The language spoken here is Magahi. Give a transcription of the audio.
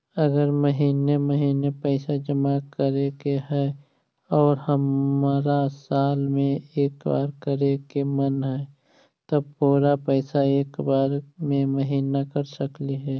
अगर महिने महिने पैसा जमा करे के है और हमरा साल में एक बार करे के मन हैं तब पुरा पैसा एक बार में महिना कर सकली हे?